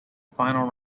final